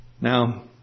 Now